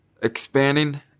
expanding